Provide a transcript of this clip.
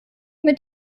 mit